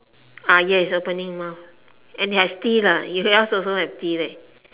ah yes opening mouth and has teeth ah yours also have teeth eh